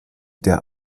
der